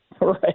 Right